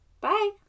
Bye